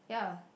ya